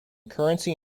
currency